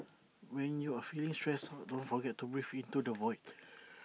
when you are feeling stressed out don't forget to breathe into the void